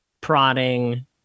prodding